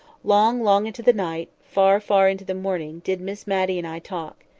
long, long into the night, far, far into the morning, did miss matty and i talk.